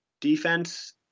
defense